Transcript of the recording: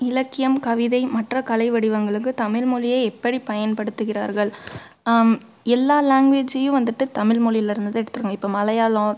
இலக்கியம் கவிதை மற்ற கலை வடிவங்களுக்கு தமிழ்மொழியை எப்படி பயன்படுத்துகிறார்கள் எல்லா லாங்குவேஜ்ஜயும் வந்துட்டு தமிழ்மொழியிலேருந்து தான் எடுத்திருக்காங்க இப்போ மலையாளம்